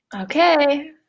Okay